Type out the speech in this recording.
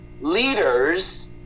leaders